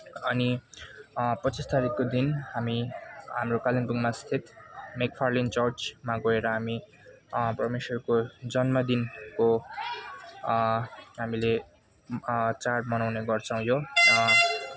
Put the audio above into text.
अनि पच्चिस तारिखको दिन हामी हाम्रो कालिम्पोङमा स्थित मेकफार्लेन चर्चमा गएर हामी परमेश्वरको जन्मदिनको हामीले चाड मनाउने गर्छौँ यो